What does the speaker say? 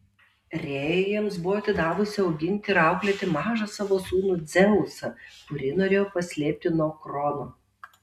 rėja jiems buvo atidavusi auginti ir auklėti mažą savo sūnų dzeusą kurį norėjo paslėpti nuo krono